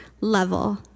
level